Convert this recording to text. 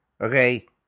okay